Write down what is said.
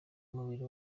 umubiri